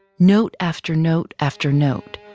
note after note after note,